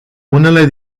unele